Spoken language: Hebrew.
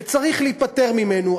וצריך להיפטר ממנו.